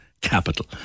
Capital